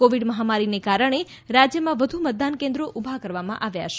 Covid મહામારીને કારણે રાજ્યમાં વધુ મતદાન કેન્દ્રો ઉભા કરવામાં આવ્યા છે